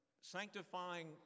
Sanctifying